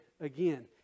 again